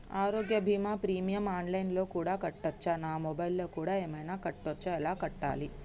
ఆరోగ్య బీమా premium online లో కూడా కట్టచ్చా? నా మొబైల్లో కూడా ఏమైనా కట్టొచ్చా? ఎలా కట్టాలి?